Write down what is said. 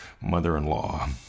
mother-in-law